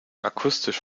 akustisch